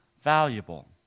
valuable